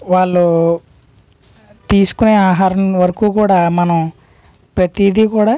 వాళ్ళు తీసుకునే ఆహారం వరకు కూడా మనం ప్రతిదీ కూడా